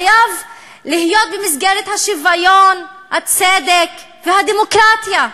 חייב להיות במסגרת השוויון, הצדק והדמוקרטיה.